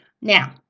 Now